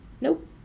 Nope